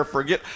Forget